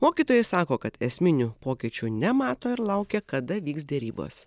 mokytojai sako kad esminių pokyčių nemato ir laukia kada vyks derybos